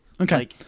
Okay